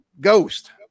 Ghost